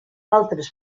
altres